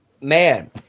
man